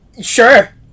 Sure